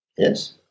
Yes